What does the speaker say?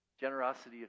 Generosity